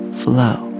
flow